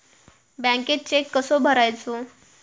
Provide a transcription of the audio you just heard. बँकेत चेक कसो भरायचो?